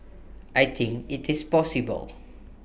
I think IT is possible